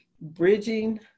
bridging